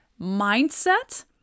mindset